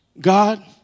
God